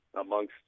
amongst